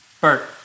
Bert